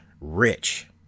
rich